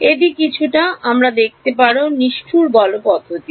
এটি কিছুটাআমরা দেখতে পাবো নিষ্ঠুর বল পদ্ধতিটিও